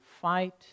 fight